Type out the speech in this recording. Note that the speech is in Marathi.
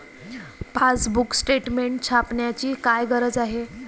पासबुक स्टेटमेंट छापण्याची काय गरज आहे?